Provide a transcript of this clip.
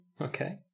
Okay